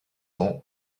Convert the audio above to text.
ans